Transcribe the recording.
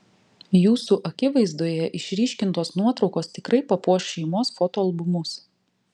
jūsų akivaizdoje išryškintos nuotraukos tikrai papuoš šeimos fotoalbumus